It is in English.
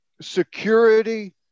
security